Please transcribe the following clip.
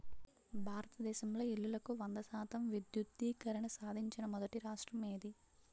భారతదేశంలో ఇల్లులకు వంద శాతం విద్యుద్దీకరణ సాధించిన మొదటి రాష్ట్రం ఏది?